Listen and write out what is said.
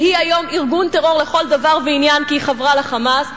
שהיא היום ארגון טרור לכל דבר ועניין כי היא חברה ל"חמאס",